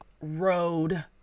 road